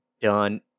done